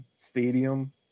stadium